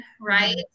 Right